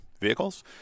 vehicles